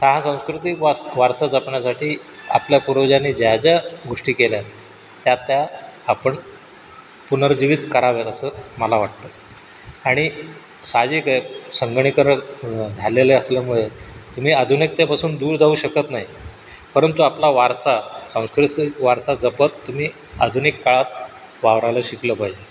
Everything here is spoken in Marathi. हा सांस्कृतिक वास वारसा जपण्यासाठी आपल्या पूर्वजांनी ज्या ज्या गोष्टी केल्यात त्या त्या आपण पुनरूज्जीवित कराव्यात असं मला वाटतं आणि साहजिक आहे संगणीकरण झालेले असल्यामुळे तुम्ही आधुनिकतेपासून दूर जाऊ शकत नाही परंतु आपला वारसा सांस्कृतिक वारसा जपत तुम्ही आधुनिक काळात वावरायला शिकलं पाहिजे